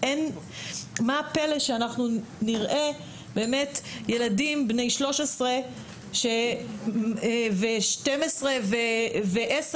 מה הפלא שאנחנו נראה באמת ילדים בני 13 ו-12 ו-10